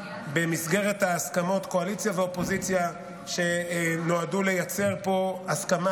במסגרת ההסכמות קואליציה ואופוזיציה שנועדו לייצר פה הסכמה